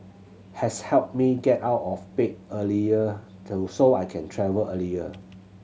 has helped me get out of bed earlier though so I can travel earlier